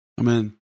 Amen